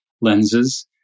lenses